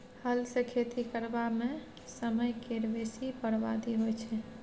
हल सँ खेती करबा मे समय केर बेसी बरबादी होइ छै